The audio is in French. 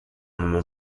moment